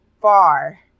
far